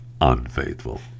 unfaithful